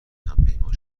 همپیمان